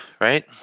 right